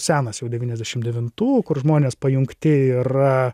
senas jau devyniasdešim devintų kur žmonės pajungti yra